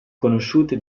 conosciute